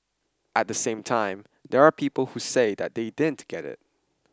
at the same time there are people who say that they didn't get it